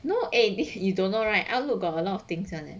no eh if you don't know right outlook got a lot of things [one] leh